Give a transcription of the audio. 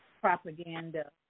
propaganda